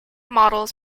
models